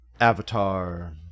avatar